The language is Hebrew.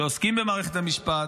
שעוסקים במערכת המשפט,